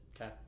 Okay